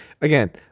again